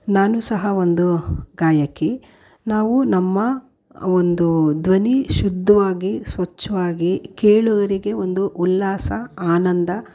ನಾನು ಸಹ ಒಂದು ಗಾಯಕಿ ನಾವು ನಮ್ಮ ಒಂದು ಧ್ವನಿ ಶುದ್ಧವಾಗಿ ಸ್ವಚ್ವಾಗಿ ಕೇಳುಗರಿಗೆ ಒಂದು ಉಲ್ಲಾಸ ಆನಂದ